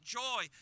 joy